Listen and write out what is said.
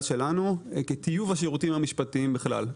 שלנו כטיוב השירותים המשפטיים בכלל.